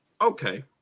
okay